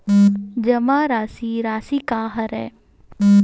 जमा राशि राशि का हरय?